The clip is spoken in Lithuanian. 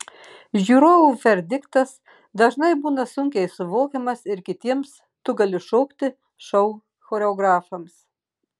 žiūrovų verdiktas dažnai būna sunkiai suvokiamas ir kitiems tu gali šokti šou choreografams